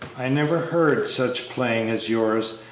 i never heard such playing as yours,